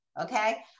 Okay